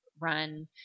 run